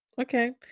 okay